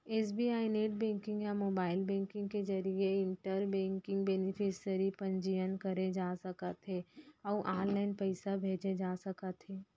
SBI net banking या mobile banking के जरिए इंटर बेंक बेनिफिसियरी पंजीयन करे जा सकत हे अउ ऑनलाइन पइसा भेजे जा सकत हे